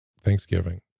Thanksgiving